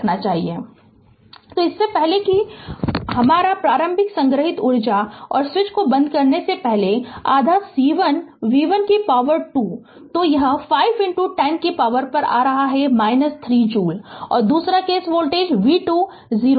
Refer slide time 2309 तो इससे पहले आपका प्रारंभिक संग्रहित ऊर्जा और स्विच को बंद करने से पहले आधा C1 v1 2 तो यह 5 10 की पॉवर पर आ रहा है 3 जूल और दूसरा केस वोल्टेज v2 0 था